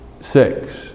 six